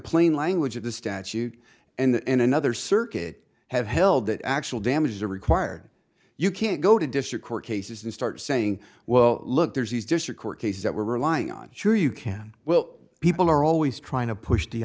plain language of the statute and another circuit have held that actual damages are required you can't go to district court cases and start saying well look there's these district court cases that we're relying on sure you can well people are always trying to push